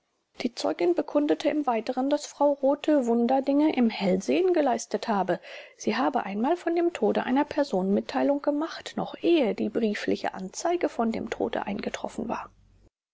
die zeugin bekundete im weiteren daß frau rothe wunderdinge im hellsehen geleistet habe sie habe einmal von dem tode einer person mitteilung gemacht noch ehe die briefliche anzeige von dem tode eingetroffen war